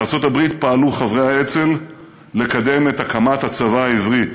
בארצות-הברית פעלו חברי האצ"ל לקדם את הקמת הצבא העברי.